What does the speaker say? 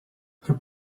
her